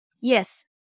Yes